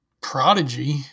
prodigy